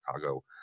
Chicago